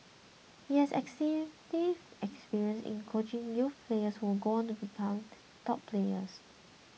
he has extensive experience in coaching youth players who would go on to become top players